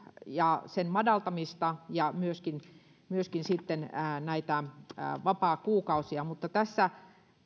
ja sen madaltamista ja myöskin myöskin sitten vapaakuukausia mutta tässä